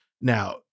now